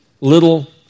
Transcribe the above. little